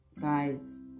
guys